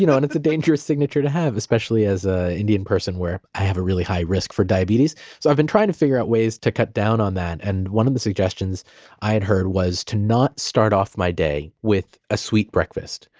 you know and it's a dangerous signature to have, especially as an indian person where i have a really high risk for diabetes. so i've been trying to figure out ways to cut down on that. and one of the suggestions i had heard was to not start off my day with a sweet breakfast.